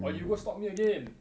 or you go stalk me again